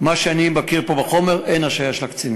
ממה שאני מכיר פה בחומר, אין השעיה של הקצינים.